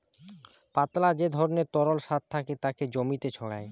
পাতলা যে ধরণের তরল সার থাকে তাকে জমিতে ছড়ায়